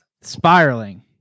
spiraling